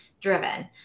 driven